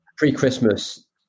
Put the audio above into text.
pre-Christmas